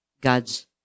God's